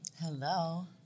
Hello